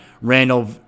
Randall